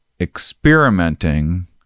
experimenting